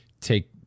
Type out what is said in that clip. take